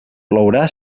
plourà